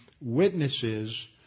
witnesses